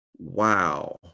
wow